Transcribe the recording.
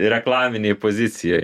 reklaminėj pozicijoj